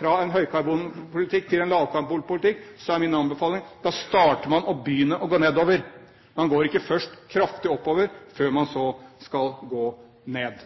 fra en høykarbonpolitikk til en lavkarbonpolitikk, så er min anbefaling at da starter man med å gå nedover. Man går ikke først kraftig oppover, før man så skal gå ned.